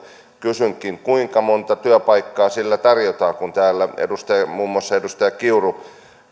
kysynkin kuinka monta työpaikkaa sillä tarjotaan kun täällä muun muassa edustaja kiuru sanoi